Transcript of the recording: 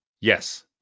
Yes